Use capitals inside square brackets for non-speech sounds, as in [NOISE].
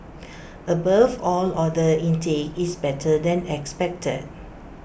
[NOISE] above all order intake is better than expected